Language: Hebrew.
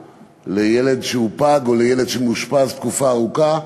לילד שהוא פג או לילד שמאושפז תקופה ארוכה,